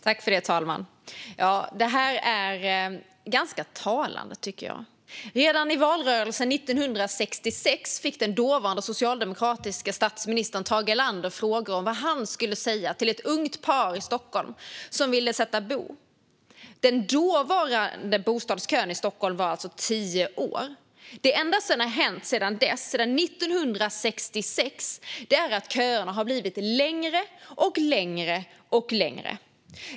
Herr talman! Detta är ganska talande, tycker jag. Redan i valrörelsen 1966 fick den dåvarande socialdemokratiske statsministern Tage Erlander frågor om vad han skulle säga till ett ungt par i Stockholm som ville sätta bo. Den dåvarande bostadskön i Stockholm var tio år. Det enda som har hänt sedan dess - sedan 1966! - är att köerna har blivit längre och längre.